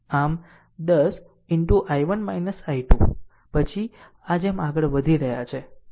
આમ 10 into I1 I2 પછી આ જેમ આગળ વધી રહ્યા છે